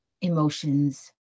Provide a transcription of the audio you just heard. emotions